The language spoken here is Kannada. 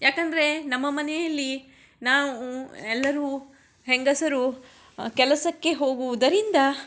ಯಾಕಂದರೆ ನಮ್ಮ ಮನೆಯಲ್ಲಿ ನಾವೂ ಎಲ್ಲರೂ ಹೆಂಗಸರು ಕೆಲಸಕ್ಕೆ ಹೋಗುವುದರಿಂದ